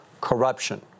corruption